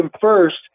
first